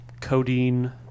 codeine